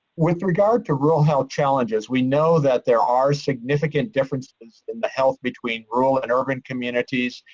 with regard to rural health challenges, we know that there are significant differences in the health between rural and urban communities,